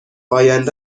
آینده